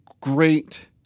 great